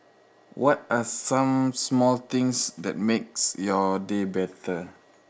what are some small things that makes your day better